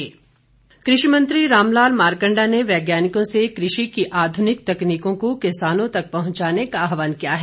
मारकंडा कृषि मंत्री रामलाल मारकंडा ने वैज्ञानिकों से कृषि की आधुनिक तकनीकों को किसानों तक पहुंचाने का आह्वान किया है